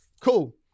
Cool